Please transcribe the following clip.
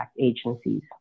agencies